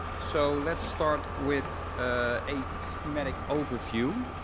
so let's start with a schematic overview.